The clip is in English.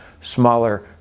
smaller